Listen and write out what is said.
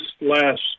last